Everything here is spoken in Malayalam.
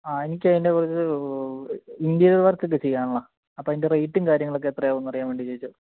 എനിക്കതിൻ്റെ കുറച്ച് ഇൻ്റീരിയർ വർക്കൊക്കെ ചെയ്യാനുള്ളതാ അപ്പോൾ അതിൻ്റെ റെയ്റ്റും കാര്യങ്ങളൊക്കെ എത്രയാവും എന്ന് അറിയാൻ വേണ്ടി ചോദിച്ചതാണ്